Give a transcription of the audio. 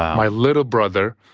my little brother,